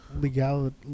legal